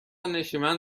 نشیمن